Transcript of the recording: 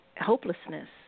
hopelessness